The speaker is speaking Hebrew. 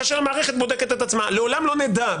כאשר המערכת בודקת את עצמה, לעולם לא נדע.